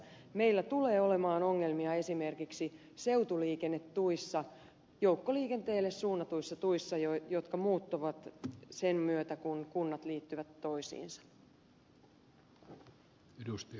meillä tulee olemaan ongelmia esimerkiksi seutuliikennetuissa joukkoliikenteelle suunnatuissa tuissa jotka muuttuvat sen myötä kun kunnat liittyvät toisiinsa